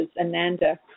Ananda